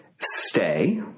Stay